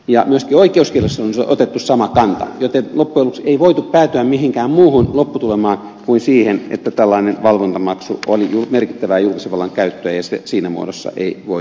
myöskin oikeuskielessä on otettu sama kanta joten loppujen lopuksi ei voitu päätyä mihinkään muuhun lopputulemaan kuin siihen että tällainen valvontamaksu on merkittävää julkisen vallan käyttöä ja siinä muodossa sitä ei voitu hyväksyä